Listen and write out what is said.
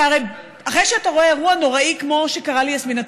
הרי אחרי שאתה רואה אירוע נוראי כמו שקרה ליסמין,